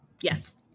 Yes